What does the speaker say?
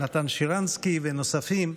עם נתן שרנסקי ונוספים,